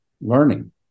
learning